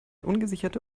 ungesicherte